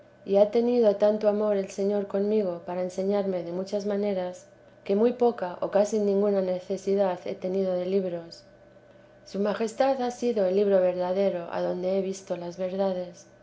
y ha tenido tanto amor el señor conmigo para enseñarme de muchas maneras que muy poca o casi ninguna necesidad he tenido de libros su majestad ha sido el libro verdadero adonde he visto las verdades